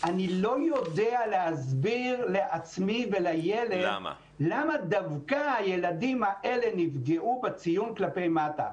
ואני לא יודע להסביר לעצמי ולילד למה דווקא הוא נפגע בציון כלפי מטה.